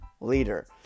leader